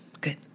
Good